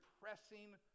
pressing